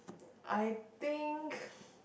I think